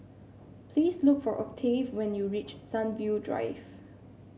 please look for Octave when you reach Sunview Drive